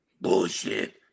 bullshit